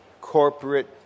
corporate